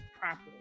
properly